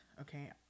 okay